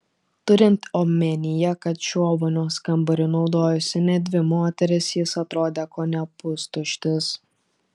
turint omenyje kad šiuo vonios kambariu naudojosi net dvi moterys jis atrodė kone pustuštis